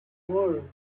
world